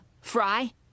Fry